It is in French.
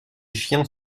chiens